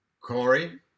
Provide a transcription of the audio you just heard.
Corey